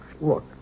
Look